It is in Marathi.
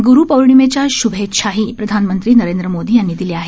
ग्रूपौर्णिमेच्या शुभेच्छाही प्रधानमंत्री नरेंद्र मोदी यांनी दिल्या आहेत